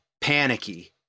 panicky